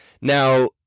Now